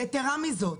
יתרה מזו,